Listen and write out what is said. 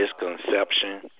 misconception